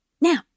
Now